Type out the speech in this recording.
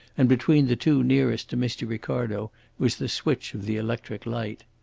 and between the two nearest to mr. ricardo was the switch of the electric light.